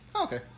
Okay